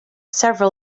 several